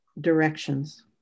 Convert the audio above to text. directions